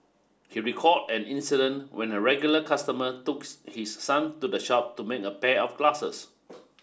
he recalled an incident when a regular customer took his son to the shop to make a pair of glasses